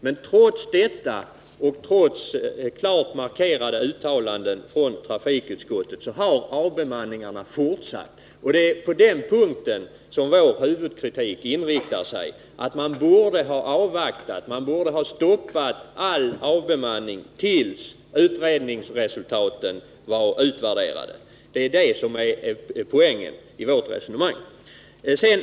Men trots detta och trots klart markerade uttalanden från trafikutskottet har man fortsatt med avbemanningen. Man borde ha stoppat all avbemanning tills utredningsresultaten hade utvärderats. Det är det som är poängen i vårt resonemang.